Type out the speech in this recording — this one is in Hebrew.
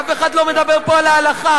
אף אחד לא מדבר פה על ההלכה.